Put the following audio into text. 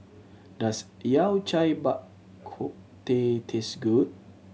does Yao Cai Bak Kut Teh taste good